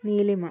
നീലിമ